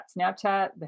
Snapchat